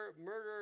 murder